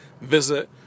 visit